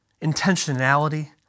intentionality